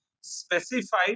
specified